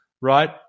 right